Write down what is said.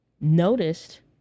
noticed